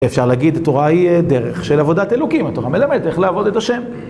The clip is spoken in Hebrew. אפשר להגיד, התורה היא דרך של עבודת אלוקים, התורה מלמדת איך לעבוד את ה'